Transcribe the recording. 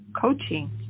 coaching